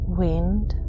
wind